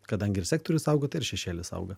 kadangi ir sektorius auga tai ir šešėlis auga